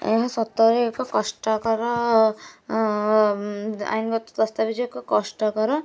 ଏହା ସତରେ ଏକ କଷ୍ଟକର ଆଇନଗତ ଦସ୍ତାବିଜ୍ ଏକ କଷ୍ଟକର